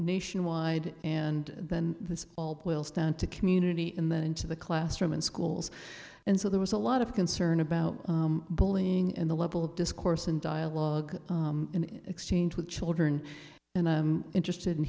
nationwide and then this all boils down to community in the into the classroom and schools and so there was a lot of concern about bullying in the level of discourse and dialogue and exchange with children and i'm interested in